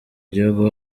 gihugu